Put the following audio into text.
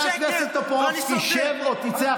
גם בית משפט, קצת כבוד.